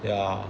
ya